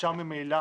אפשר ממילא